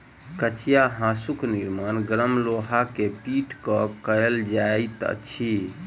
कचिया हाँसूक निर्माण गरम लोहा के पीट क कयल जाइत अछि